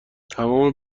تمام